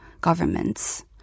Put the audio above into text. governments